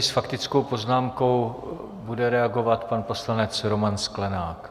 S faktickou poznámkou bude reagovat pan poslanec Roman Sklenák.